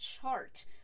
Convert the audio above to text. chart